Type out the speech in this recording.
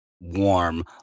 warm